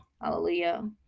Hallelujah